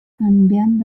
canviant